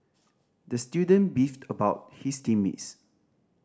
the student beefed about his team mates